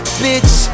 bitch